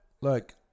look